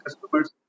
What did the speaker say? customers